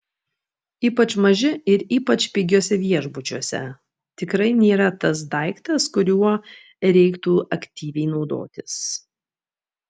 ypač maži ir ypač pigiuose viešbučiuose tikrai nėra tas daiktas kuriuo reiktų aktyviai naudotis